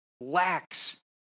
lacks